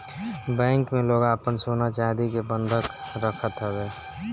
bank में लोग आपन सोना चानी के बंधक रखत हवे